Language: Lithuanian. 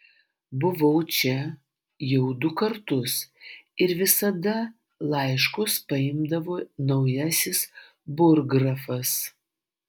buvau čia jau du kartus ir visada laiškus paimdavo naujasis burggrafas